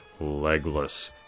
Legless